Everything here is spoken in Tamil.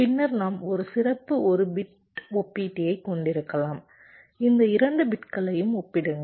பின்னர் நாம் ஒரு சிறப்பு ஒரு பிட் ஒப்பீட்டீயை கொண்டிருக்கலாம் இந்த 2 பிட்களையும் ஒப்பிடுங்கள்